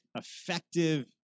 effective